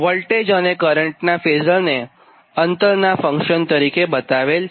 voltage અને કરંટનાં ફેઝરને અંતરનાં ફંક્શન તરીકે બતાવેલ છે